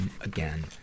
again